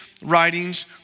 writings